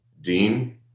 Dean